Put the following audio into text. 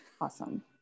Awesome